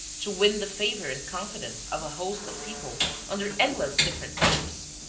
to win the favour and confidence of a host of people under endless different names,